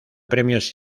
premios